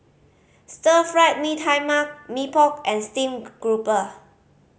Stir Fried Mee Tai Mak Mee Pok and steamed grouper